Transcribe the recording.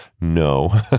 No